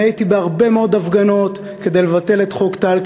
אני הייתי בהרבה מאוד הפגנות כדי לבטל את חוק טל,